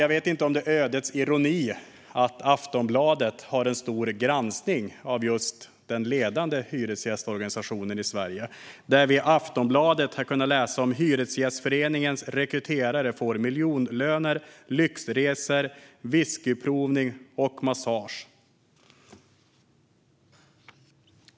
Jag vet inte om det är ödets ironi att Aftonbladet har gjort en stor granskning av just den ledande hyresgästorganisationen i Sverige. Vi har i Aftonbladet kunnat läsa om att Hyresgästföreningens rekryterare får miljonlöner, lyxresor, whiskyprovning och massage.